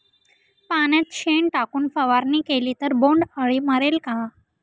पाण्यात शेण टाकून फवारणी केली तर बोंडअळी मरेल का?